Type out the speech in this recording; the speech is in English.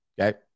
Okay